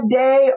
day